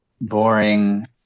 boring